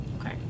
okay